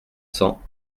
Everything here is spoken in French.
cents